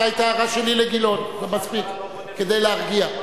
זו היתה הערה שלי לגילאון, מספיק, כדי להרגיע.